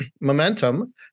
momentum